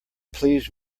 pleased